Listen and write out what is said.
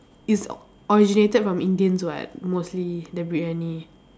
it's originated from Indians [what] mostly the Briyani